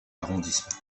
arrondissement